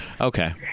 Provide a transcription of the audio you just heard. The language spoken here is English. okay